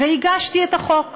והגשתי את החוק,